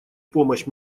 помощь